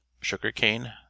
sugar-cane